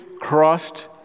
crossed